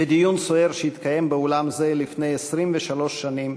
בדיון סוער שהתקיים באולם זה לפני 23 שנים,